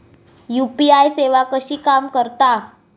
UPI सेवा कशी काम करता?